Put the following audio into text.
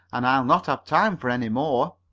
and i'll not have time for any more.